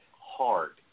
hard